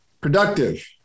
productive